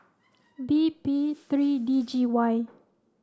B P three D G Y